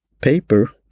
paper